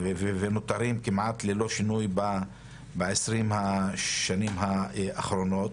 ונותרים כמעט ללא שינוי ב-20 השנים האחרונות.